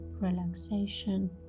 relaxation